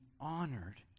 honored